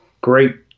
Great